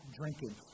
drinking